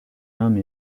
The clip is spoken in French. homme